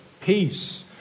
peace